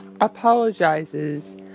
apologizes